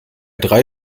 drei